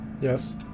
Yes